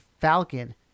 Falcon